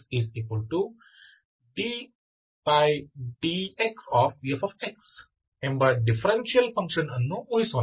Fx dFdxx ಎಂಬ differentiable function ಅನ್ನು ಊಹಿಸೋಣ